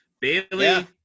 bailey